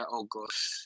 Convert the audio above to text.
August